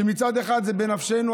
שמצד אחד זה היה בנפשנו,